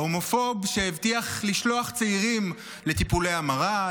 ההומופוב שהבטיח לשלוח צעירים לטיפולי המרה,